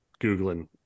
googling